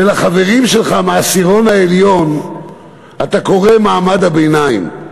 ולחברים שלך מהעשירון העליון אתה קורא מעמד הביניים.